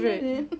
no really